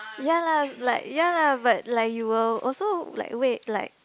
ya lah like ya lah but like you will also like wait like